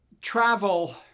travel